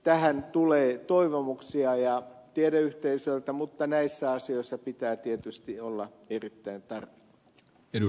tähän tulee toivomuksia tiedeyhteisöltä mutta näissä asioissa pitää tietysti olla erittäin tarkka